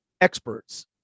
experts